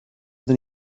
than